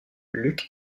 luc